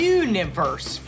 universe